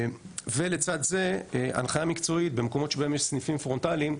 לצד זה הנחיה מקצועית במקומות שבהם יש סניפים פרונטאליים,